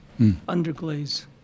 underglaze. (